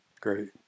great